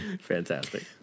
Fantastic